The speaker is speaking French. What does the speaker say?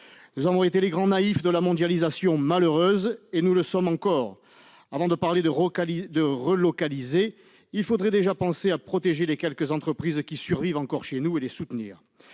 Nous avons été les grands naïfs de la mondialisation malheureuse, et nous le sommes encore ! Avant de parler de relocaliser, il faudrait déjà penser à protéger les quelques entreprises qui survivent encore chez nous et à les soutenir.